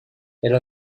elle